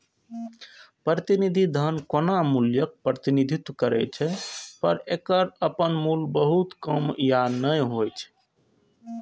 प्रतिनिधि धन कोनो मूल्यक प्रतिनिधित्व करै छै, पर एकर अपन मूल्य बहुत कम या नै होइ छै